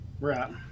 Right